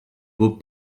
beau